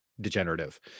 degenerative